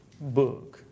book